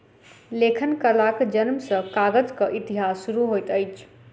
लेखन कलाक जनम सॅ कागजक इतिहास शुरू होइत अछि